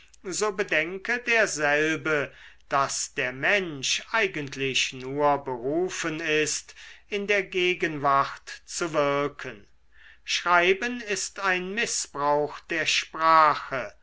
so bedenke derselbe daß der mensch eigentlich nur berufen ist in der gegenwart zu wirken schreiben ist ein mißbrauch der sprache